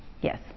yes